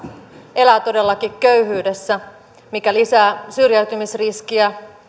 elää todellakin köyhyydessä mikä lisää syrjäytymisriskiä